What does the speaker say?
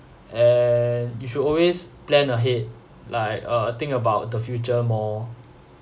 and you should always plan ahead like uh think about the future more